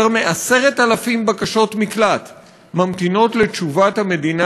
יותר מ-10,000 בקשות מקלט ממתינות לתשובת המדינה,